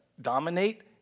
dominate